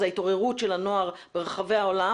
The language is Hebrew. זאת ההתעוררות של הנוער ברחבי העולם